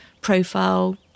profile